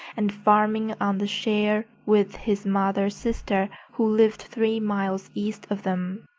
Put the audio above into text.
and farming on the shares with his mother's sister who lived three miles east of them.